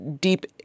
deep